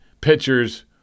pitchers